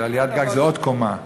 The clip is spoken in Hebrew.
עליית גג זה עוד קומה.